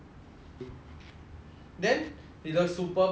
then 你的 super power hor is like